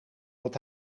dat